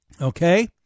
Okay